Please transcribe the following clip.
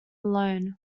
loan